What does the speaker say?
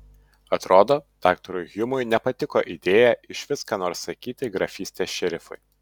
atrodo daktarui hjumui nepatiko idėja išvis ką nors sakyti grafystės šerifui